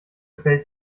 fällt